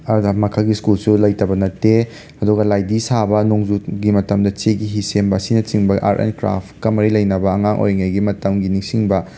ꯑꯗꯨꯒꯨꯝꯕ ꯃꯈꯜꯒꯤ ꯁ꯭ꯀꯨꯜꯁꯨ ꯂꯩꯇꯕ ꯅꯠꯇꯦ ꯑꯗꯨꯒ ꯂꯥꯏꯙꯤ ꯁꯥꯕ ꯑꯗꯒꯤ ꯅꯣꯡꯖꯨꯒꯤ ꯃꯇꯝꯗ ꯆꯩꯒꯤ ꯍꯤ ꯁꯦꯝꯕ ꯑꯁꯤꯅꯆꯤꯡꯕ ꯑꯥꯔꯠ ꯑꯦꯟ ꯀ꯭ꯔꯥꯐꯀ ꯃꯔꯤ ꯂꯩꯅꯕ ꯑꯉꯥꯡ ꯑꯣꯏꯔꯤꯉꯩꯒꯤ ꯃꯇꯝꯒꯤ ꯅꯤꯡꯁꯤꯡꯕ